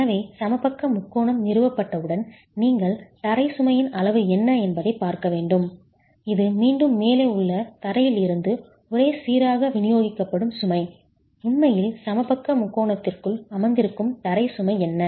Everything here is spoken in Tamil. எனவே சமபக்க முக்கோணம் நிறுவப்பட்டவுடன் நீங்கள் தரை சுமையின் அளவு என்ன என்பதைப் பார்க்க வேண்டும் இது மீண்டும் மேலே உள்ள தரையில் இருந்து ஒரே சீராக விநியோகிக்கப்படும் சுமை உண்மையில் சமபக்க முக்கோணத்திற்குள் அமர்ந்திருக்கும் தரை சுமை என்ன